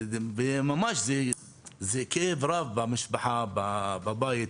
זה כאב רב במשפחה, בבית.